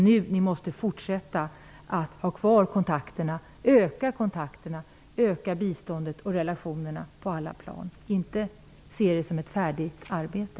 Ni måste behålla och utöka kontakterna och utöka biståndet och relationerna på alla plan. Ni får inte se det som ett färdigt arbete.